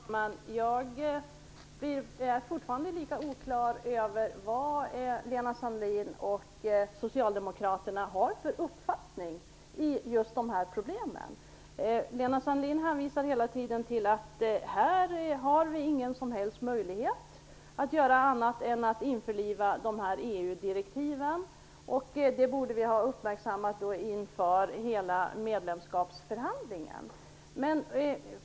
Fru talman! Jag tycker fortfarande att det är lika oklart vad Lena Sandlin och socialdemokraterna har för uppfattning när det gäller dessa problem. Lena Sandlin hänvisar hela tiden till att vi inte har någon annan möjlighet än att införa EU-direktiven, och att vi borde uppmärksammat detta inför medlemskapsförhandlingarna.